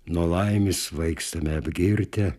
nuo laimės svaigstame apgirtę